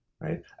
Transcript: Right